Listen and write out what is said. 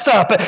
up